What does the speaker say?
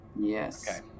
Yes